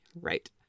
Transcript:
Right